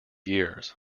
years